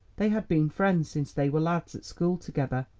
they had been friends since they were lads at school together,